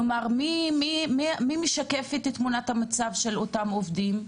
כלומר, מי משקף את תמונת המצב של אותם עובדים?